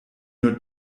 nur